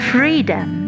Freedom